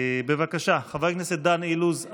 בבקשה, חבר הכנסת דן אילוז.